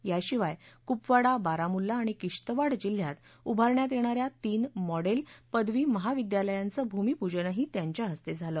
याशिवाय कुपवाडा बारामुल्ला आणि किश्तवाड जिल्ह्यात उभारण्यात येणा या तीन मॅडेल पदवी महाविद्यालयांचं भूमीपूजनही यांच्या हस्ते झालं